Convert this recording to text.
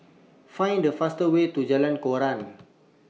Find The fast Way to Jalan Koran